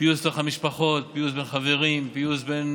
פיוס בתוך המשפחות, פיוס בין חברים, פיוס בין